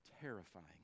terrifying